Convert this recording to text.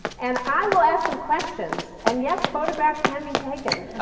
and i will ask some questions. and yes, photographs can be taken.